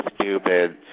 stupid